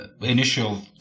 initial